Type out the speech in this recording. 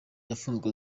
yafunzwe